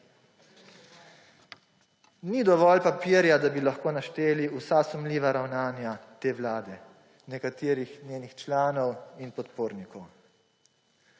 Ni dovolj papirja, da bi lahko našteli vsa sumljiva ravnanja te vlade, nekaterih njenih članov in podpornikov.